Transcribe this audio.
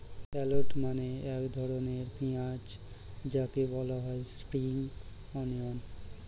shallot মানে এক ধরনের পেঁয়াজ যাকে বলা হয় স্প্রিং অনিয়ন